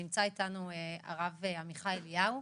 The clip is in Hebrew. נמצא איתנו הרב עמיחי אליהו,